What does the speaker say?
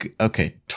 Okay